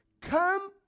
come